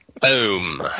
Boom